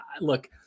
Look